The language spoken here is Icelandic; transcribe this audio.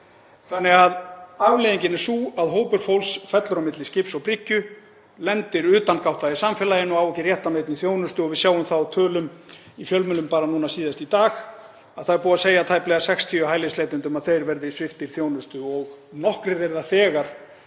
samþykkt. Afleiðingin er sú að hópur fólks fellur á milli skips og bryggju, lendir utan gátta í samfélaginu og á ekki rétt á þjónustu. Við sjáum það á tölum í fjölmiðlum, bara síðast í dag, að það er búið að segja tæplega 60 hælisleitendum að þeir verði sviptir þjónustu og nokkrir þeirra þegar